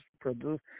produce